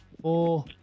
four